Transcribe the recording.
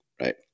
Right